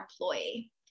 employee